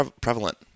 prevalent